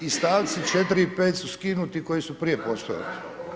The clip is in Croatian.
I stavci 4. i 5., su skinuti koji su prije postojali.